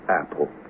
Apple